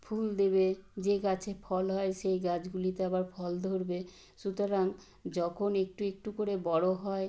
ফুল দেবে যে গাছে ফল হয় সেই গাছগুলিতে আবার ফল ধরবে সুতরাং যখন একটু একটু করে বড় হয়